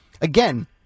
again